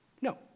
No